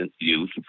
youth